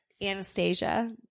Anastasia